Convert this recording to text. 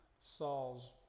Saul's